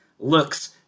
Looks